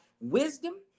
wisdom